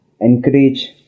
encourage